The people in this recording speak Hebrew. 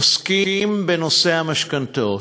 עוסקים בנושא המשכנתאות.